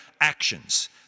actions